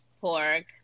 pork